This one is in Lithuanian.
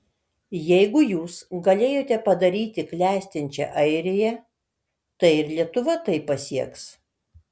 jeigu jūs galėjote padaryti klestinčią airiją tai ir lietuva tai pasieks